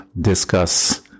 discuss